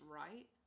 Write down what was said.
right